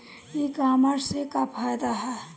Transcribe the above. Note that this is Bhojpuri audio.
ई कामर्स से का फायदा ह?